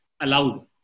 allowed